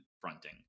fronting